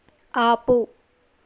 ఆపు